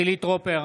חילי טרופר,